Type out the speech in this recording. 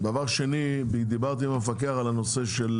דבר שני, דיברתי עם המפקח על הנושא של